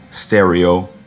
stereo